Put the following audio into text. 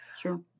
Sure